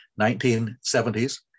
1970s